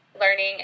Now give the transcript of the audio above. learning